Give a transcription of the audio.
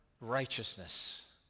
righteousness